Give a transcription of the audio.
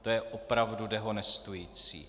To je opravdu dehonestující.